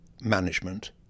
management